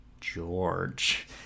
George